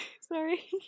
Sorry